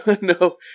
No